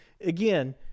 again